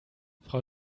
frau